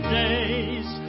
days